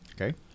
Okay